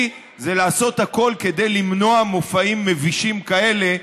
זה לעשות הכול כדי למנוע מופעים מבישים כאלה.